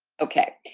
okay.